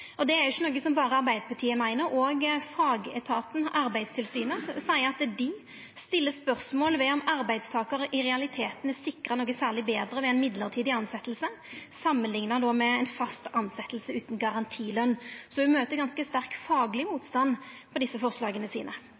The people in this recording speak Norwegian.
Og det er ikkje noko som berre Arbeidarpartiet meiner. Òg fagetaten, Arbeidstilsynet, seier at dei stiller spørsmål ved om arbeidstakarar i realiteten er sikra noko særleg betre med ei mellombels tilsetjing, samanlikna med ei fast tilsetjing utan garantiløn. Så dei vil møta ganske sterk fagleg motstand mot forslaga sine.